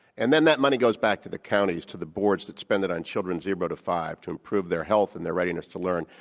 and then that money goes back to the counties, to the boards that spend it on children zero five to improve their health and their readiness to learn.